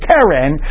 Karen